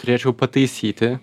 turėčiau pataisyti